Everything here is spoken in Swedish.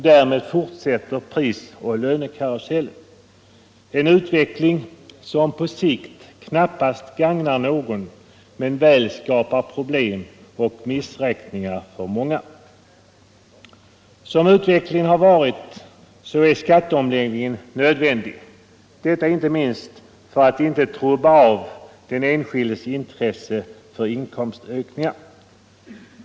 Därmed fortsätter prisoch lönekarusellen —- en utveckling som på sikt knappast gagnar någon men väl skapar problem och missräkningar för många. Som utvecklingen har varit är skatteomläggningen nödvändig, detta inte minst för att inte trubba av den enskildes intresse för inkomstökningar.